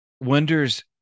wonders